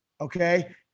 Okay